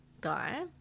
guy